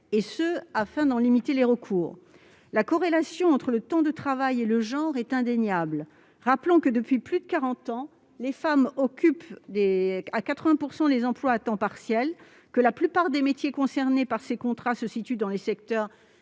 et ce afin de limiter le recours à cette forme d'emploi. La corrélation entre le temps de travail et le genre est indéniable. Rappelons que, depuis plus de quarante ans, les femmes occupent 80 % des emplois à temps partiel et que la plupart des métiers concernés par ces contrats se situent dans des secteurs